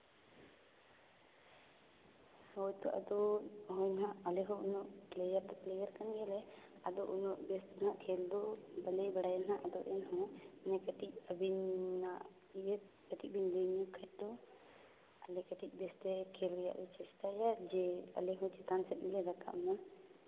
ᱦᱳᱭᱛᱚ ᱟᱫᱚ ᱦᱳᱭ ᱦᱟᱸᱜ ᱟᱞᱮ ᱦᱚᱸ ᱩᱱᱟᱹᱜ ᱯᱞᱮᱭᱟᱨ ᱫᱚ ᱯᱞᱮᱭᱟᱨ ᱠᱟᱱ ᱜᱮᱭᱟ ᱞᱮ ᱟᱫᱚ ᱩᱱᱟᱹᱜ ᱵᱮᱥ ᱫᱚ ᱱᱟᱜ ᱠᱷᱮᱞ ᱫᱚ ᱵᱟᱞᱮ ᱵᱟᱲᱟᱭᱟ ᱱᱟᱜ ᱟᱫᱚ ᱮᱱᱦᱚᱸ ᱢᱟᱱᱮ ᱠᱟᱹᱴᱤᱡ ᱟᱵᱤᱱᱟᱜ ᱤᱭᱟᱹ ᱠᱟᱹᱴᱤᱡ ᱵᱤᱱ ᱞᱟᱹᱭ ᱧᱚᱜᱽ ᱠᱷᱟᱱ ᱫᱚ ᱟᱞᱮ ᱠᱟᱹᱴᱤᱡ ᱵᱮᱥᱛᱮ ᱠᱷᱮᱞ ᱨᱮᱭᱟᱜ ᱞᱮ ᱪᱮᱥᱴᱟᱭᱟ ᱡᱮ ᱟᱞᱮ ᱦᱚᱸ ᱪᱮᱛᱟᱱ ᱥᱮᱫ ᱞᱮ ᱨᱟᱠᱟᱵ ᱢᱟ